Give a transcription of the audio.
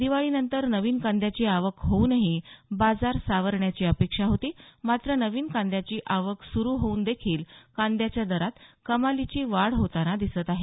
दिवाळीनंतर नवीन कांद्याची आवक होऊनही बाजार सावरण्याची अपेक्षा होती मात्र नवीन कांद्याची आवक सुरू होऊनही कांद्याच्या दरात कमालीची वाढ होताना दिसत आहे